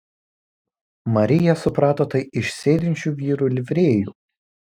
marija suprato tai iš sėdinčių vyrų livrėjų